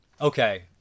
Okay